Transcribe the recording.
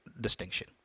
distinction